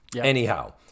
Anyhow